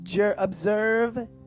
observe